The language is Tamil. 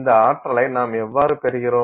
இந்த ஆற்றலை நாம் எவ்வாறு பெறுகிறோம்